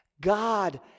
God